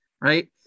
Right